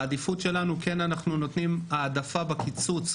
העדיפות שלנו היא כן לתת העדפה בקיצוץ,